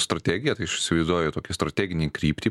strategiją tai aš įsivaizduoju tokią strateginę kryptį